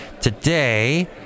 today